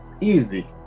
Easy